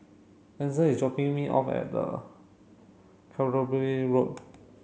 Edson is dropping me off at the Canterbury Road